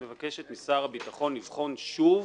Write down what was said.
מבקשת משר הביטחון לבחון שוב